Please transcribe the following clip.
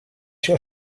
się